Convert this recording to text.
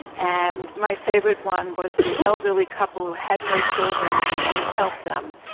and my favourite one was the elderly couple who had no children to help them,